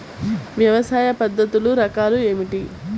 వ్యవసాయ పద్ధతులు రకాలు ఏమిటి?